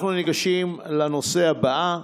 אנחנו ניגשים לנושא הבא.